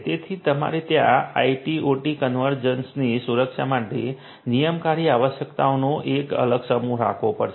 તેથી તમારે ત્યાં આઇટી ઓટી કન્વર્જન્સની સુરક્ષા માટે નિયમનકારી આવશ્યકતાઓનો એક અલગ સમૂહ રાખવો પડશે